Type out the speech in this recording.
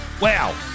wow